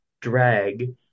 drag